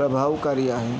प्रभावकारी आहे